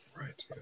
Right